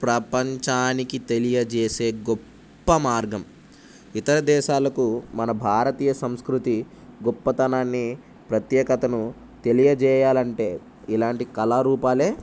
ప్రపంచానికి తెలియజేసే గొప్ప మార్గం ఇతర దేశాలకు మన భారతీయ సంస్కృతి గొప్పతనాన్ని ప్రత్యేకతను తెలియజేయాలంటే ఇలాంటి కళారూపాలే